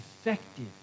effective